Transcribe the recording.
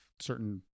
certain